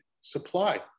supply